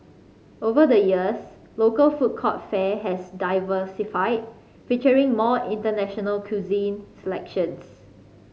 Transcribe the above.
over the years local food court fare has diversified featuring more international cuisine selections